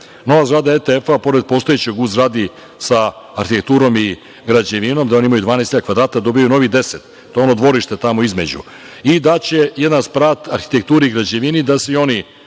nova zgrada ETF-a, pored postojeće u zgradi sa arhitekturom i građevinom, gde oni imaju 12.000 kvadrata, dobijaju novih 10. To je ono dvorište tamo između, i daće jedan sprat arhitekturi i građevini, da se i oni